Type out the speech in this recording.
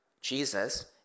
Jesus